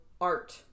art